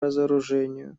разоружению